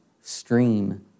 stream